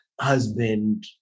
husband